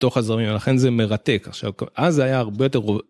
תוך הזרמים ולכן זה מרתק עכשיו אז היה הרבה יותר רוב.